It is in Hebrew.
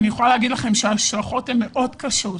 אני יכולה להגיד לכם שההשלכות הן מאוד קשות.